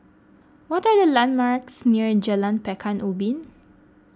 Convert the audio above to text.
what are the landmarks near Jalan Pekan Ubin